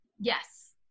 Yes